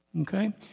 Okay